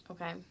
Okay